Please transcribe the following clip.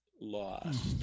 lost